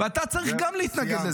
וגם אתה צריך להתנגד לזה.